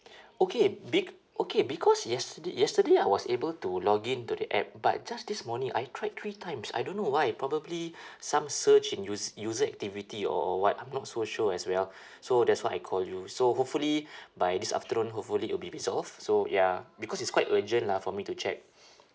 okay bec~ okay because yesterday yesterday I was able to login to the app but just this morning I tried three times I don't know why probably some surge in us~ user activity or what I'm not so sure as well so that's why I call you so hopefully by this afternoon hopefully it will be resolved so ya because it's quite urgent lah for me to check